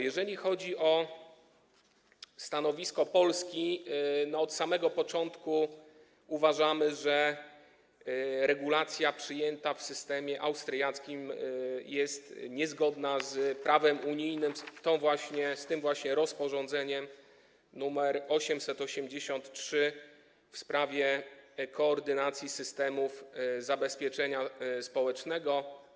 Jeżeli chodzi o stanowisko Polski, to od samego początku uważamy, że regulacja przyjęta w systemie austriackim jest niezgodna z prawem unijnym, z tym właśnie rozporządzeniem nr 883 w sprawie koordynacji systemów zabezpieczenia społecznego.